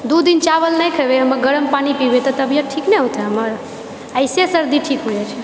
दूदिन चावल नहि खेबइ गरम पानि पीबइ तऽ तबियत ठीकनहि हौते हमर ऐसे सर्दी ठीक हो जाइत छेै